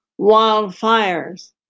wildfires